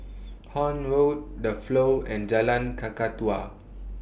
Horne Road The Flow and Jalan Kakatua